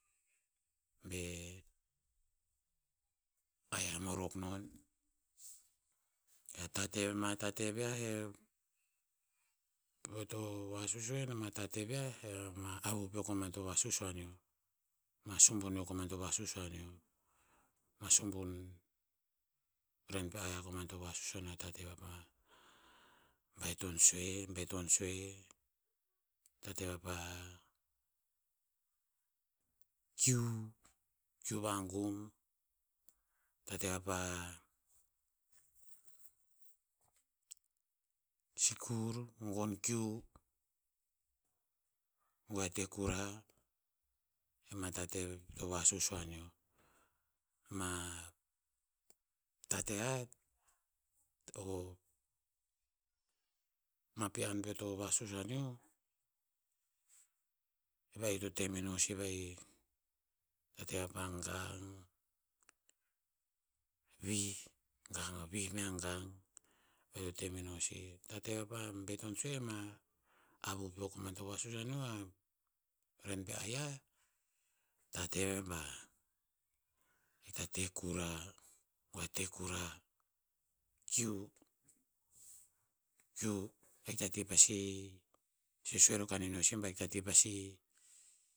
Be ayia morok non. Ok tate, ma tate viah e eo to vasus o in ama tate viah, ma avu peo koman to vasus o aneo. Ma subu neo koman to vasus o aneo. Ma subun, ren pe ayiak koman to vasus o aneo a tate vapa, baiton sue, baiton sue. Tate vapa kiu. Kiu vagum. Tate vapa sikur, gon kiu. Goe a te kura. I ama tate to vasus o aneo. Ma tate hat, o, ma pi'an peo to vasus o aneo, va'ih to te meno si va'ih. Tate vapa gang, vih, gang vih mea gang. E to te meno sih. Tate vapa baiton sue ama avu peo- koman to vasus o aneo a ren pe ayia, tate ve bah, hikta te kura, goe a te kura. Kiu. Kiu. hikta ti pasi, susue ro ka neneo ba hikta ti pasi,